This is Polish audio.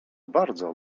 bardzo